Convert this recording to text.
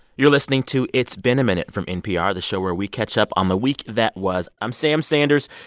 you're listening to it's been a minute from npr, the show where we catch up on the week that was. i'm sam sanders,